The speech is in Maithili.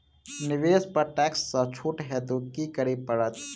निवेश पर टैक्स सँ छुट हेतु की करै पड़त?